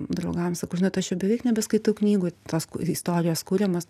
draugams sakau žinot aš jau beveik nebeskaitau knygų tos istorijos kuriamos